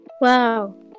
Wow